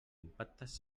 impactes